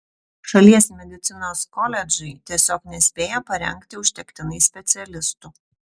šalies medicinos koledžai tiesiog nespėja parengti užtektinai specialistų